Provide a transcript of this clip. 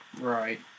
Right